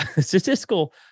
statistical